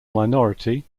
minority